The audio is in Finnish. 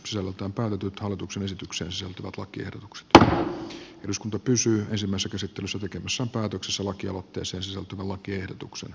nyt voidaan hyväksyä tai hylätä lakiehdotukset joiden sisällöstä päätettiin ensimmäisessä käsittelyssä tekemässä päätöksessä lakialoitteeseen sisältyvän lakiehdotuksen